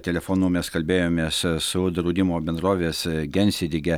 telefonu mes kalbėjomės su draudimo bendrovės gensidige